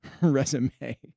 resume